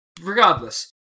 regardless